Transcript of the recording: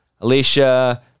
Alicia